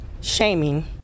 shaming